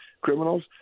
criminals